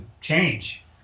change